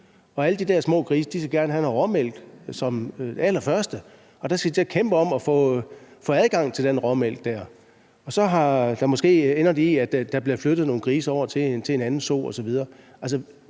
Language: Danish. de der små grise vil gerne have noget råmælk som det allerførste. Der skal de så kæmpe om at få adgang til den der råmælk, og så ender vi måske med, at der bliver flyttet nogle grise over til en anden so